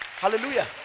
Hallelujah